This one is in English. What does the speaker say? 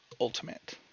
Ultimate